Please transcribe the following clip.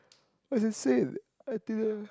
as in sale I didn't